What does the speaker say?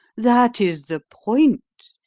that is the point.